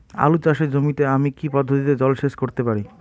আলু চাষে জমিতে আমি কী পদ্ধতিতে জলসেচ করতে পারি?